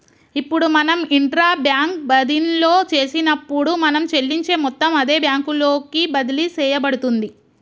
ఇప్పుడు మనం intra bank బదిన్లో చేసినప్పుడు మనం చెల్లించే మొత్తం అదే బ్యాంకు లోకి బదిలి సేయబడుతుంది